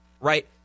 right